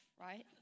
right